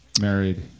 married